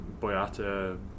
Boyata